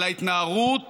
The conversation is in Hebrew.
על ההתנערות